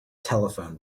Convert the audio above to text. telephone